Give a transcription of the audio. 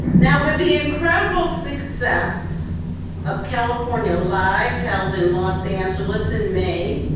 now with the incredible success of california live held in los angeles in may,